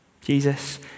Jesus